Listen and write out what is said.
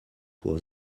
was